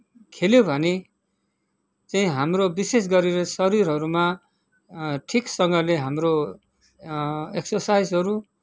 खेल्यो भने चाहिँ हाम्रो विशेष गरेर शरीरहरूमा ठिकसँगले हाम्रो क्सरसाइजहरू